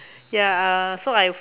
ya uh so I've